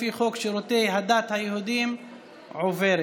לפי חוק שירותי הדת היהודיים עוברת.